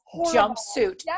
jumpsuit